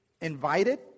invited